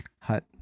Hut